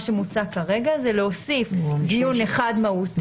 מה שמוצע כרגע זה להוסיף דיון אחד מהותי.